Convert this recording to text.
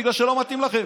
בגלל שלא מתאים לכם.